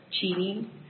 cheating